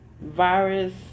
virus